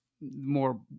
more